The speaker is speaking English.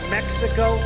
Mexico